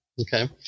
okay